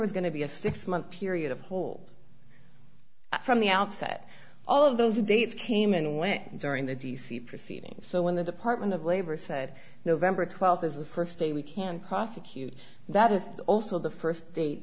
was going to be a six month period of whole from the outset all of those dates came and went during the d c proceeding so when the department of labor said november twelfth is the first day we can prosecute that is also the first da